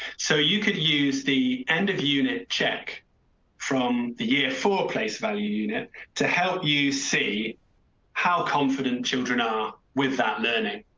so you could use the end of unit check from the year for place value unit to help you see how confident children are with that learning.